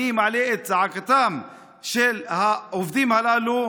אני מעלה את זעקתם של העובדים הללו.